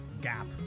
gap